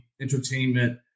entertainment